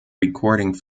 recording